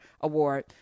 Award